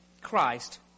Christ